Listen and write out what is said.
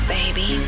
Baby